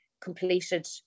completed